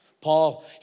Paul